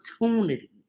opportunity